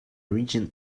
region